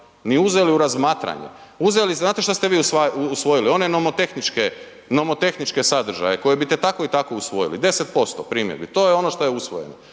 ni uzeli u razmatranje. Uzeli, znate što ste vi usvojili? One nomotehničke sadržaje koje bi i tako i tako usvojili. 10% primjedbi. To je ono što je usvojeno.